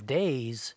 days